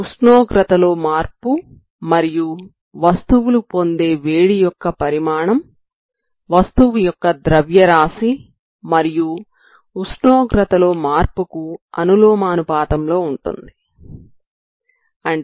ఉష్ణోగ్రతలో మార్పు మరియు వస్తువులు పొందే వేడి యొక్క పరిమాణం వస్తువు యొక్క ద్రవ్యరాశి మరియు ఉష్ణోగ్రతలో మార్పుకు అనులోమానుపాతం లో ఉంటుంది సరేనా